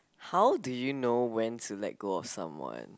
how do you know when to let go of someone